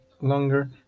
longer